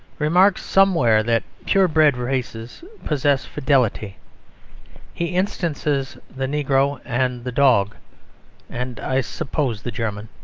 remarks somewhere that purebred races possess fidelity he instances the negro and the dog and, i suppose, the german.